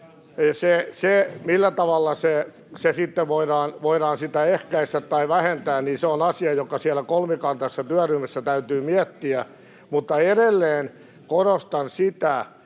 se, millä tavalla sitä sitten voidaan ehkäistä tai vähentää, on asia, joka siellä kolmikantaisessa työryhmässä täytyy miettiä. Mutta edelleen korostan sitä,